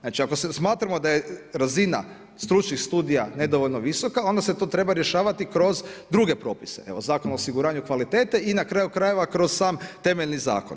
Znači ako smatramo da je razina stručnih studija nedovoljno visoka, onda se to treba rješavati kroz druge propise, Zakon o osiguranju kvalitete i na kraju krajeva kroz sam temeljni zakon.